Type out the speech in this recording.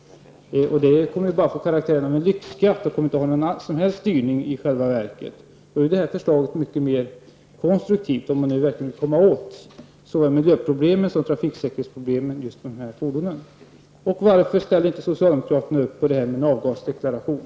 Det kommer bara att få karaktären av en lyxskatt och kommer i själva verket inte alls att vara styrande. Då är vårt förslag mycket mer konstruktivt om man verkligen vill komma åt såväl miljöproblemen som trafiksäkerhetsproblemen när det gäller just dessa fordon. Varför ställer sig socialdemokraterna inte bakom en avgasdeklaration?